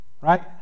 right